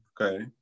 Okay